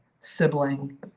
sibling